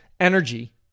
Energy